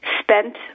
spent